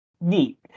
neat